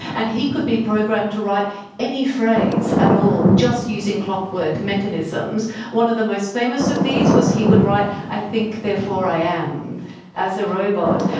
and he could be programmed to write any phrase at all just using clockwork mechanisms. one of the most famous of these was he would write i think therefore i am as a robot.